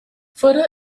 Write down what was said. further